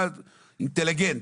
היה אינטליגנט,